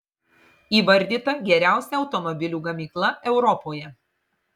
įvardyta geriausia automobilių gamykla europoje